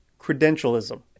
credentialism